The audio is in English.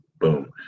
boom